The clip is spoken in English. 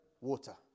water